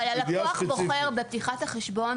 אבל הלקוח בוחר בפתיחת החשבון,